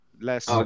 less